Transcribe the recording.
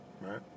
right